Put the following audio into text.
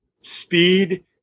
speed